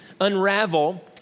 unravel